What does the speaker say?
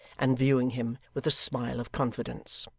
and viewing him with a smile of confidence.